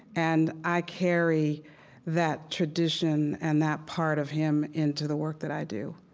and i carry that tradition and that part of him into the work that i do.